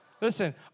listen